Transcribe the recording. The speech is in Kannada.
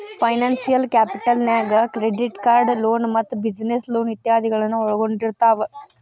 ಫೈನಾನ್ಸಿಯಲ್ ಕ್ಯಾಪಿಟಲ್ ನ್ಯಾಗ್ ಕ್ರೆಡಿಟ್ಕಾರ್ಡ್ ಲೊನ್ ಮತ್ತ ಬಿಜಿನೆಸ್ ಲೊನ್ ಇತಾದಿಗಳನ್ನ ಒಳ್ಗೊಂಡಿರ್ತಾವ